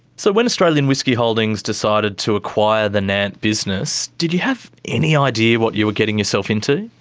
so when australian whisky holdings decided to acquire the nant business, did you have any idea what you were getting yourself into?